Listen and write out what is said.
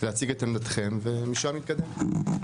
להציג את עמדתכם ומשם נתקדם.